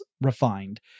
refined